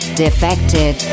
defected